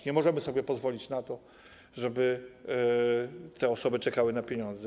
Nie możemy sobie pozwolić na to, żeby te osoby czekały na pieniądze.